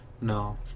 No